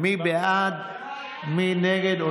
חברי הכנסת איימן עודה, אחמד טיבי, סמי אבו